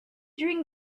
during